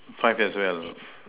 five as well